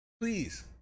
Please